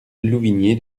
louvigné